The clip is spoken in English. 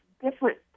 different